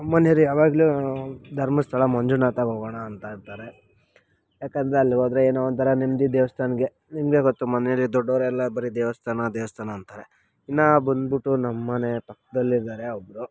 ನಮ್ಮ ಮನೇವ್ರು ಯಾವಾಗಲೂ ಧರ್ಮಸ್ಥಳ ಮಂಜುನಾಗೆ ಹೋಗೋಣ ಅಂತ ಇರ್ತಾರೆ ಏಕೆಂದ್ರೆ ಅಲ್ಲಿ ಹೋದರೆ ಏನೋ ಒಂಥರ ನೆಮ್ಮದಿ ದೇವಸ್ಥಾನಕ್ಕೆ ನಿಮಗೆ ಗೊತ್ತು ಮನೇಲಿ ದೊಡ್ಡವರು ಎಲ್ಲ ಬರಿ ದೇವಸ್ಥಾನ ದೇವಸ್ಥಾನ ಅಂತಾರೆ ಇನ್ನೂ ಬಂದ್ಬಿಟ್ಟು ನಮ್ಮ ಮನೆ ಪಕ್ಕದಲ್ಲೇ ಇದ್ದಾರೆ ಒಬ್ಬರು